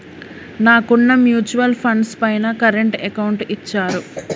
నాకున్న mutual funds పైన current account ఇచ్చారు